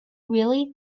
really